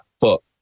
fuck